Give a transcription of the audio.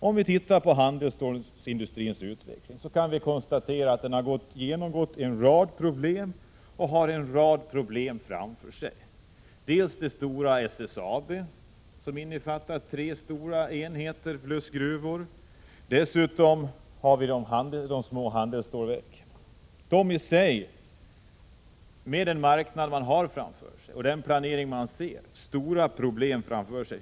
Ser vi på handelstålindustrins utveckling kan vi konstatera att industrin har genomgått en rad problem och har en rad problem framför sig. Vi har dels det stora SSAB, med tre stora enheter plus gruvor, dels de små handelsstålverken. Med den marknad dessa har att förvänta och den planering som vi kan se har de stora problem framför sig.